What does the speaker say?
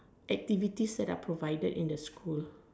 activities that are provided in the school